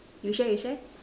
you share you share